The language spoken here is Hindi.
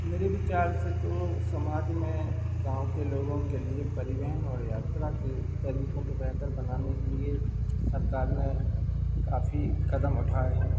मेरे विचार से तो समाज में गाँव के लोगों के लिए परिवहन और यात्रा के तरीकों को बेहतर बनाने के लिए सरकार ने काफ़ी कदम उठाए हैं